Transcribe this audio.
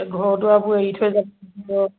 ঘৰ দোৱাৰবোৰ এৰি থৈ যাব লাগিব